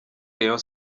rayon